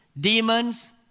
demons